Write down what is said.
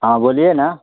हाँ बोलिए न